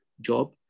job